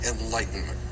enlightenment